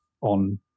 on